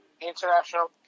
international